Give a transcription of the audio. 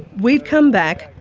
we've come back,